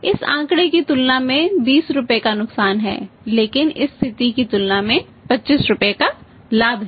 इस आंकड़े की तुलना में 20 रुपये का नुकसान है लेकिन इस स्थिति की तुलना में 25 रुपये का लाभ है